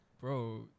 Bro